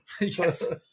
yes